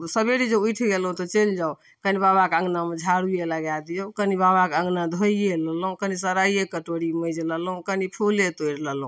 सबेरे जे उठि गेलहुँ तऽ चलि जाउ कनि बाबा कऽ अङ्गनामे झाडुए लगाय दिऔ कनि बाबा कऽ अङ्गना धोइये लेलहुँ कनि सराइए कटोरी माजि लेलहुँ कनि फुले तोड़ि लेलहुँ